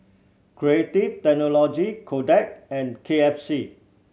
Creative Technology Kodak and K F C